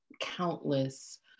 countless